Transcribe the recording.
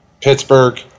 pittsburgh